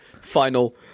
final